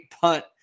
punt